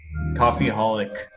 Coffeeholic